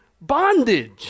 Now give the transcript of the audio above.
bondage